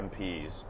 MPs